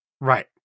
right